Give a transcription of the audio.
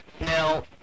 Now